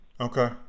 Okay